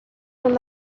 són